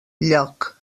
lloc